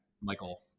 Michael